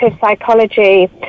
psychology